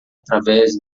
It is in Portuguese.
através